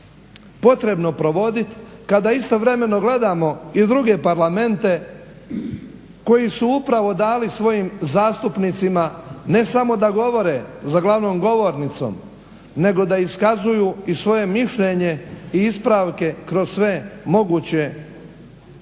potrebno provoditi kada istovremeno gledamo i druge parlamente koji su upravo dali svojim zastupnicima ne samo da govore za glavnom govornicom nego da iskazuju i svoje mišljenje i ispravke kroz sve moguće provedbe